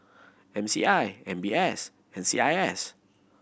M C I M B S and C I S